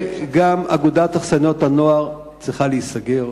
גם אגודת אכסניות הנוער צריכה להיסגר,